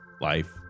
life